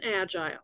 agile